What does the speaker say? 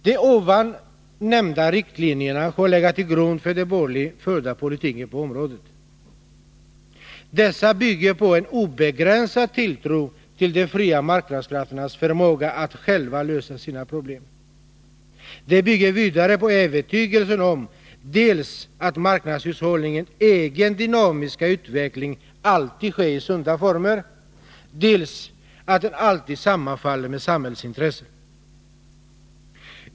De nämnda riktlinjerna har legat till grund för den borgerligt förda politiken på området. De bygger på en obegränsad tilltro till de fria marknadskrafternas förmåga att själva lösa sina problem. De bygger vidare på övertygelsen att marknadshushållningens egen dynamiska utveckling alltid sker i sunda former och att den alltid sammanfaller med samhällets intressen.